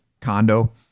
condo